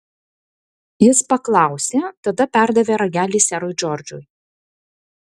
jis paklausė tada perdavė ragelį serui džordžui